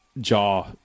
jaw